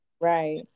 Right